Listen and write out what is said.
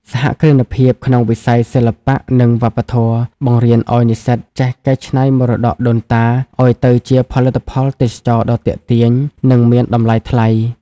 សហគ្រិនភាពក្នុងវិស័យ "សិល្បៈ និងវប្បធម៌" បង្រៀនឱ្យនិស្សិតចេះកែច្នៃមរតកដូនតាឱ្យទៅជាផលិតផលទេសចរណ៍ដ៏ទាក់ទាញ និងមានតម្លៃថ្លៃ។